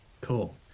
cool